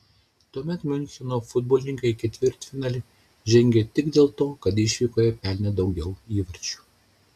tuomet miuncheno futbolininkai į ketvirtfinalį žengė tik dėl to kad išvykoje pelnė daugiau įvarčių